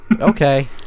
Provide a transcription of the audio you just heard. Okay